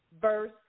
Verse